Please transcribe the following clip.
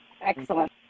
Excellent